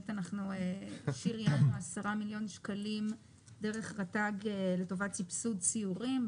אנחנו שריינו 10 מיליון שקלים דרך רט"ג לטובת סבסוד סיורים.